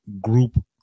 group